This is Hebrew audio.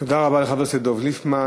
תודה רבה לחבר הכנסת דב ליפמן.